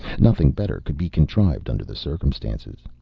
nothing better could be contrived under the circumstances.